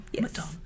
Madonna